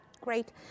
Great